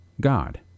God